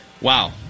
Wow